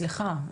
סליחה.